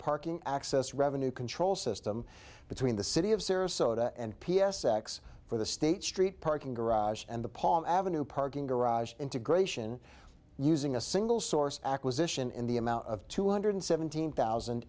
parking access revenue control system between the city of sarasota and p s x for the state street parking garage and the paul avenue parking garage integration using a single source acquisition in the amount of two hundred seventeen thousand